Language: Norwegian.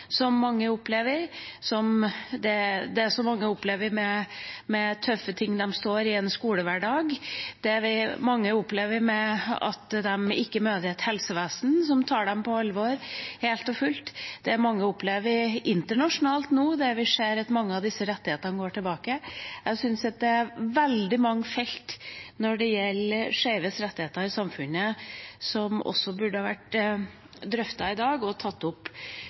som mange opplever, det som mange opplever med tøffe ting de står i i en skolehverdag, det mange opplever ved at de ikke møter et helsevesen som tar dem helt og fullt på alvor, og det mange opplever internasjonalt nå, der vi ser at mange av disse rettighetene går tilbake. Det er veldig mange felt når det gjelder skeives rettigheter i samfunnet, som også burde vært drøftet i dag og tatt opp